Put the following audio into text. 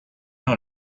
own